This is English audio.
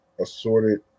assorted